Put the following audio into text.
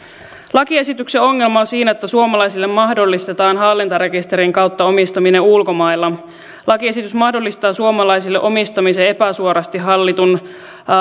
lakiesityksen ongelma on siinä että suomalaisille mahdollistetaan hallintarekisterin kautta omistaminen ulkomailla lakiesitys mahdollistaa suomalaisille omistamisen epäsuorasti hallitun